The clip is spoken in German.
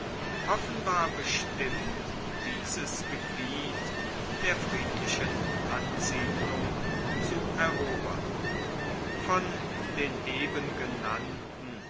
offenbar bestimmt dieses gebiet der friedlichen ansiedlung zu erobern von den